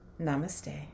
Namaste